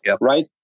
right